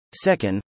Second